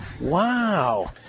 Wow